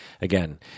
Again